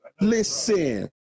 listen